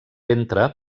ventre